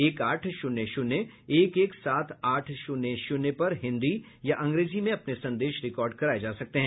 एक आठ शून्य शून्य एक एक सात आठ शून्य शून्य पर हिंदी या अंग्रेजी में अपने संदेश रिकार्ड कराए जा सकते हैं